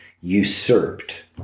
usurped